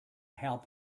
help